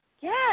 Yes